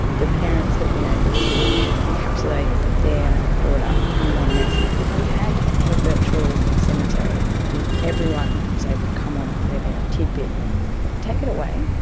the parents have been able to encapsulate their daughter in one message. if we had a virtual cemetery and everyone was able to come on and say their titbit, would it take it away?